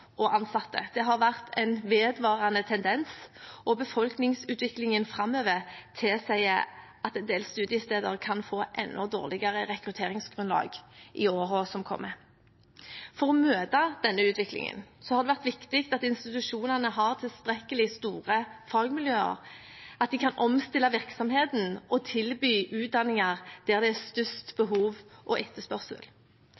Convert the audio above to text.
og ansatte. Det har vært en vedvarende tendens, og befolkningsutviklingen framover tilsier at en del studiesteder kan få enda dårligere rekrutteringsgrunnlag i årene som kommer. For å møte denne utviklingen har det vært viktig at institusjonene har tilstrekkelig store fagmiljøer, at de kan omstille virksomheten og tilby utdanninger der det er størst